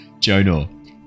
Jonor